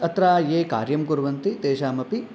अत्र ये कार्यं कुर्वन्ति तेषामपि